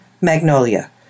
Magnolia